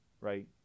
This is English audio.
right